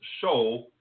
show